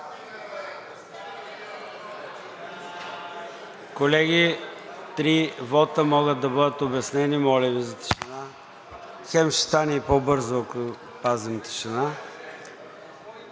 Колеги, три вота могат да бъдат обяснени – моля Ви за тишина. Хем ще стане и по-бързо, ако пазим тишина.